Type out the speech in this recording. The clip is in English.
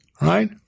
right